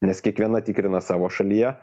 nes kiekviena tikrina savo šalyje